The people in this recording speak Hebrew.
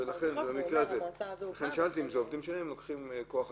לפי חוק." לכן שאלתי אם אלה עובדים שלהם או שהם לוקחים כוח-אדם,